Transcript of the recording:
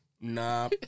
Nah